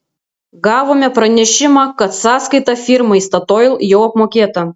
gavome pranešimą kad sąskaita firmai statoil jau apmokėta